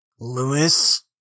Lewis